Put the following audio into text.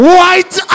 White